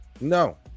No